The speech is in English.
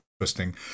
interesting